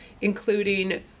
including